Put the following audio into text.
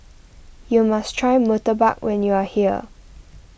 you must try Murtabak when you are here